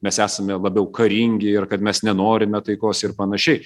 mes esame labiau karingi ir kad mes nenorime taikos ir panašiai